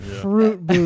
Fruit